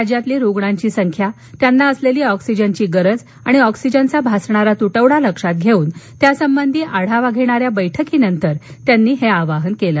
राज्यातील रुग्णांची संख्या त्यांना असलेली ऑक्सिजनची गरज आणि त्याचा भासणारा तुटवडा लक्षात घेउन त्यासंबंधी आढावा घेणाऱ्या बैठकीनंतर त्यांनी हे आवाहन केलं